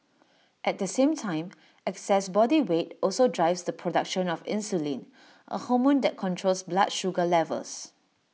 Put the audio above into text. at the same time excess body weight also drives the production of insulin A hormone that controls blood sugar levels